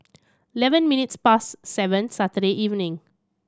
eleven minutes past seven Saturday evening